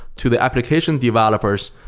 to the application developers,